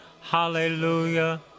Hallelujah